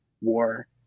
war